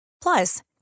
Plus